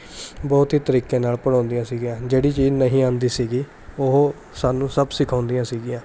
ਬਹੁਤ ਹੀ ਤਰੀਕੇ ਨਾਲ ਪੜ੍ਹਾਉਂਦੀਆਂ ਸੀਗੀਆਂ ਜਿਹੜੀ ਚੀਜ਼ ਨਹੀਂ ਆਉਂਦੀ ਸੀਗੀ ਉਹ ਸਾਨੂੰ ਸਭ ਸਿਖਾਉਂਦੀਆਂ ਸੀਗੀਆਂ